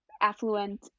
affluent